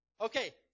Okay